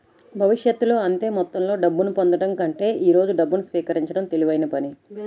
భవిష్యత్తులో అంతే మొత్తంలో డబ్బును పొందడం కంటే ఈ రోజు డబ్బును స్వీకరించడం తెలివైన పని